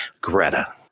Greta